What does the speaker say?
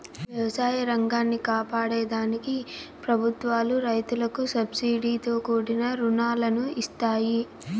వ్యవసాయ రంగాన్ని కాపాడే దానికి ప్రభుత్వాలు రైతులకు సబ్సీడితో కూడిన రుణాలను ఇస్తాయి